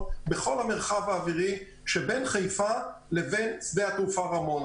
בכל המרחב האווירי שבין חיפה לבין שדה התעופה רמון.